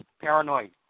paranoid